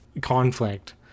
conflict